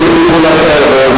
צריך טיפול אחר,